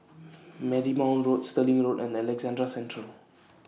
Marymount Road Stirling Road and Alexandra Central